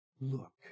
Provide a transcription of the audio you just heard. look